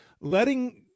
letting